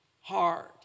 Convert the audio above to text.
hard